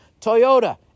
Toyota